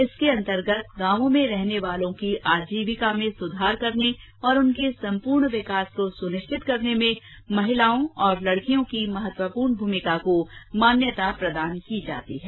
इसके अंतर्गत गांवों में रहने वालों की आजीविका में सुधार करने और उनके संपूर्ण विकास को सुनिश्चित करने में महिलाओं और लड़कियों की महत्वपूर्ण भूमिका को मान्यता प्रदान की जाती है